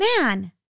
man